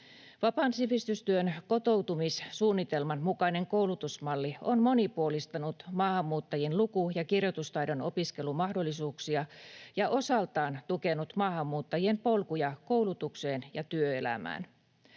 Vapaan sivistystyön kotoutumissuunnitelman mukainen koulutusmalli on monipuolistanut maahanmuuttajien luku- ja kirjoitustaidon opiskelumahdollisuuksia ja osaltaan tukenut maahanmuuttajien polkuja koulutukseen ja työelämään.